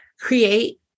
create